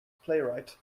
playwright